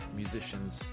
musicians